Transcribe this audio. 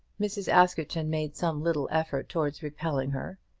mrs. askerton made some little effort towards repelling her,